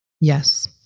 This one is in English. Yes